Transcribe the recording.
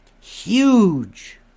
Huge